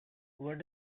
what